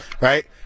right